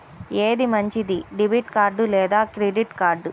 ఏది మంచిది, debit card లేదా క్రెడిట్ కార్డ్?